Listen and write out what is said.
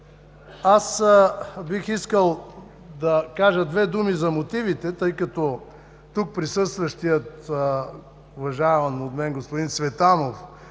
бих искал да кажа две думи за мотивите, тъй като тук присъстващият уважаван от мен господин Цветанов